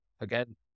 again